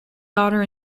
daughter